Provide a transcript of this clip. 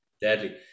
Deadly